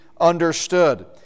understood